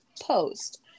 post